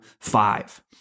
five